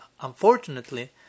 Unfortunately